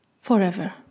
Forever